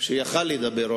ועוד יכול היה לדבר.